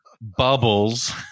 Bubbles